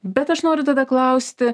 bet aš noriu tada klausti